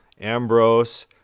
ambrose